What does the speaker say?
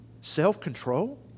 Self-control